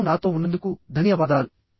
ఈ వారం నాతో ఉన్నందుకు ధన్యవాదాలు